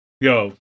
yo